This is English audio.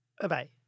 Bye-bye